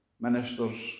ministers